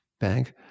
bank